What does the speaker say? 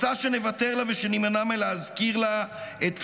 רוצה שנוותר לה ושנימנע מלהזכיר לה את פשעיה,